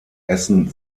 essen